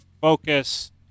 focus